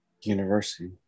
University